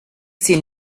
see